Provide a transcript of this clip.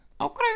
okay